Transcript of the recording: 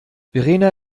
verena